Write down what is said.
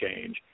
change